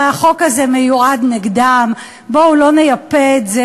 הרי החוק הזה מיועד נגדם, בואו לא נייפה את זה.